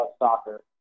soccer